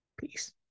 Peace